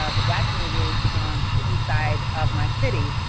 ah the black community on the east side of my city,